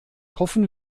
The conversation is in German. hoffen